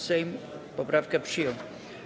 Sejm poprawkę przyjął.